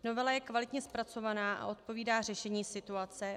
Novela je kvalitně zpracovaná a odpovídá řešení situace.